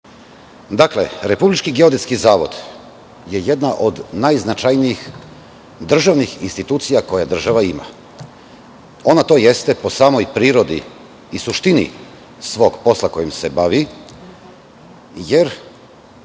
Republički geodetski zavod je jedna od najznačajnijih državnih institucija koje država ima. Ona to jeste po samoj prirodi i suštini svog posla kojim se bavi, jer